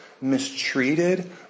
mistreated